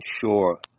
sure